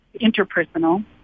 interpersonal